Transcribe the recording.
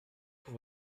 pour